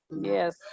Yes